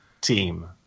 team